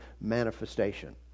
manifestation